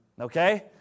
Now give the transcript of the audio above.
Okay